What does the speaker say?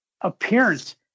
appearance